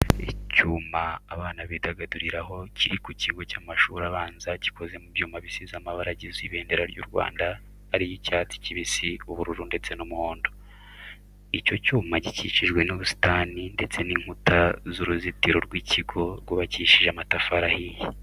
Icyuma abana bidagaduriraho kiri ku kigo cy'amashuri abanza, gikoze mu byuma bisize amabara agize ibendera ry'u Rwanda ari yo icyatsi kibisi, ubururu ndetse n'umuhondo. Icyo cyuma gikikijwe n'ibisitani ndetse n'inkuta z'uruzitiro rw'ikigo rwubakishije amatafari ahiye.